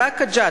באקה-ג'ת,